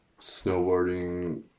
snowboarding